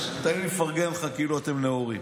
תן לי לפרגן לך, כאילו אתם נאורים.